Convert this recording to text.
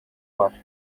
var